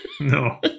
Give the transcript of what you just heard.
No